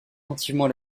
attentivement